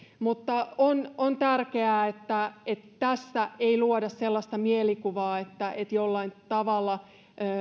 on on tärkeää että että tässä ei luoda sellaista mielikuvaa että että jollain tavalla